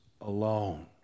alone